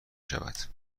شود